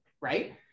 right